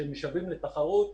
שמשוועים לתחרות,